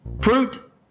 fruit